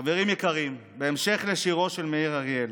חברים יקרים, בהמשך לשירו של מאיר אריאל